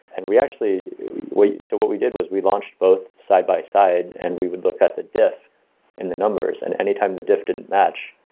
and we actually so what we did was we launched both side by side and we would look at the diff in the numbers and anytime the diff didn't match,